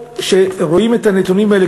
כשרואים את הנתונים האלה,